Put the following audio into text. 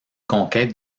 conquêtes